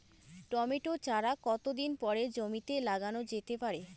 Tomato চারা কতো দিন পরে জমিতে লাগানো যেতে পারে?